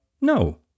no